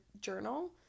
journal